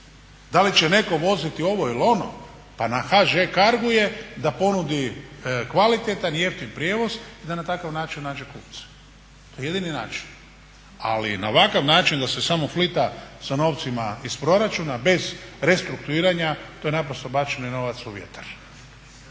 Da li će netko voziti ovo ili ono, pa na HŽ Cargo-u je da ponudi kvalitetan i jeftin prijevoz i da na takav način nađe kupce. To je jedini način. Ali na ovakav način da se samo …/Govornik se ne razumije./… sa novcima iz proračuna bez restrukturiranja to je naprosto bačeni novac u vjetar.